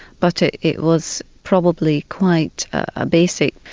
but it was probably quite ah basic.